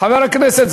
חבר הכנסת,